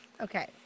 Okay